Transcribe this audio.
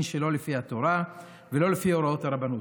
שלא לפי התורה ולא לפי הוראות הרבנות.